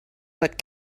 but